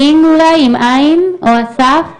אמא לשני